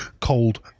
cold